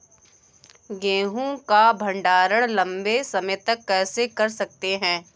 गेहूँ का भण्डारण लंबे समय तक कैसे कर सकते हैं?